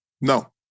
No